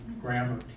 grammar